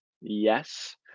Yes